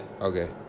Okay